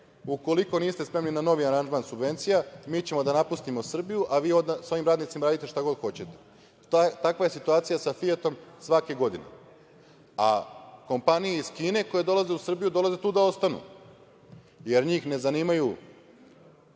ukoliko niste spremni na novi aranžman subvencija mi ćemo da napustimo Srbiju, a vi sa ovim radnicima radite šta god hoćete. Takva je situacija sa "Fijatom" svake godine. Kompaniji iz Kine koje dolaze u Srbiju, dolaze tu da ostanu, jer njih ne zanima